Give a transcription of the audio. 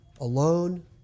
alone